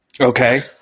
okay